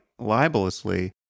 libelously